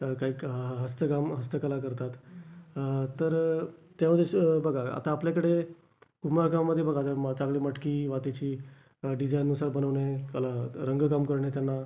काही हस्तकाम हस्तकला करतात तर त्यामध्येच बघा आता आपल्याकडे कुंभारकामामध्ये बघा चांगली मटकी मातीची डिजाईननुसार बनवणे कला रंगकाम करणे त्यांना